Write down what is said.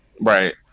Right